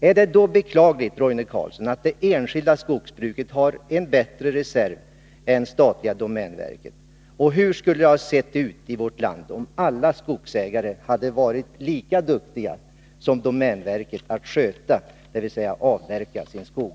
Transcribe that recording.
Är det då beklagligt, Roine Carlsson, att det enskilda skogsbruket har en bättre reserv än statliga domänverket, och hur skulle det ha sett ut i vårt land om alla skogsägare hade varit lika duktiga som domänverket att sköta, dvs. avverka, sin skog?